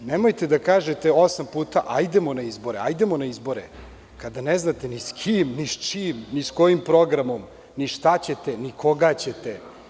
Nemojte da kažete osam puta – hajdemo na izbore; kada ne znate ni sa kim, ni sa čim, ni sa kojim programom, ni šta ćete ni koga ćete.